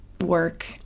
work